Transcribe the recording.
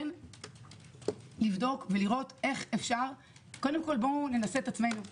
כן לבדוק ולראות איך אפשר --- קודם כל בואו ננסה את עצמנו.